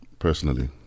Personally